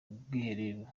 bwiherero